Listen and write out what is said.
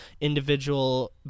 individual